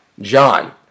John